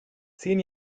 zehn